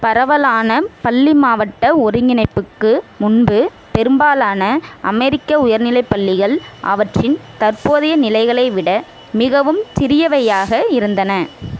பரவலான பள்ளி மாவட்ட ஒருங்கிணைப்புக்கு முன்பு பெரும்பாலான அமெரிக்க உயர்நிலை பள்ளிகள் அவற்றின் தற்போதைய நிலைகளை விட மிகவும் சிறியவையாக இருந்தன